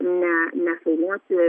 ne ne nefilmuoti